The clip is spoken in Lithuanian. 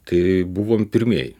tai buvom pirmieji